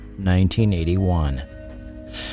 1981